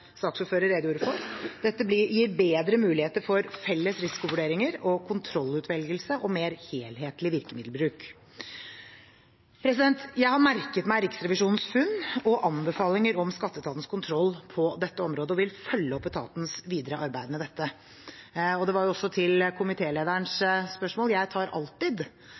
redegjorde for. Dette gir bedre muligheter for felles risikovurderinger og kontrollutvelgelse og mer helhetlig virkemiddelbruk. Jeg har merket meg Riksrevisjonens funn og anbefalinger om skatteetatens kontroll på dette området og vil følge opp etatens videre arbeid med dette. Og til komitélederens spørsmål: Jeg tar alltid